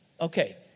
Okay